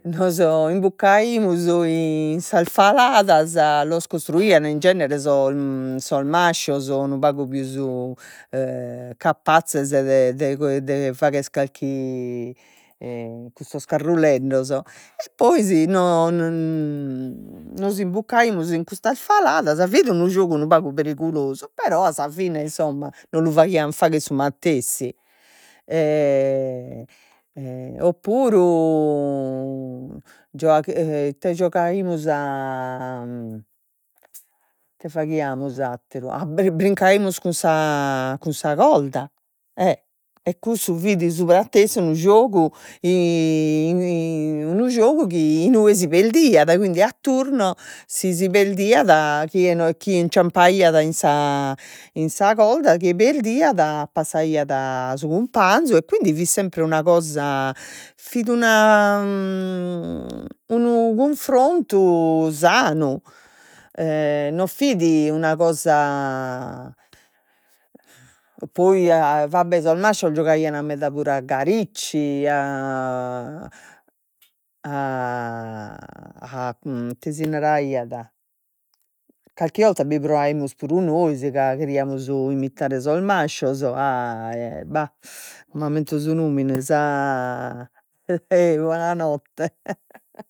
los imbucaimus in in sas faladas, los costruian in genere sos sos mascios unu pagu pius capazzes de de de fagher carchi custos carruleddos, e nois nos imbucaimus in custas faladas, fit unu giogu unu pagu perigulosu, però a sa fine insomma non lu faghian fagher su matessi o puru ite giogaimus a ite faghiamus atteru a, brincaimus cun sa cun sa colda e e cussu, fit su matessi unu giogu chi giogu chi inue si perdiat, e quindi a turno si si perdiat si en chi inciampaiat in sa in sa corda chie perdiat passaiat su cumpanzu, e quindi fit sempre una cosa, fit una unu cunfrontu sanu, e non fit una cosa poi a va be' sos mascios giogaian meda puru a garici a ite si naraiat calchi 'orta bi proaimus puru nois ca cheriamus imitare sos mascios bà non m'ammento su nomene sa bonanotte